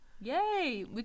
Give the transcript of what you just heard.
Yay